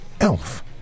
Elf